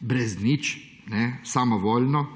brez nič, samovoljno.